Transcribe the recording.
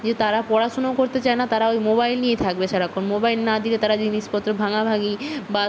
যে তারা পড়াশুনোও করতে চায় না তারা ওই মোবাইল নিয়ে থাকবে সারাক্ষণ মোবাইল না দিলে তারা জিনিসপত্র ভাঙাভাঙি বা